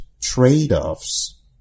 trade-offs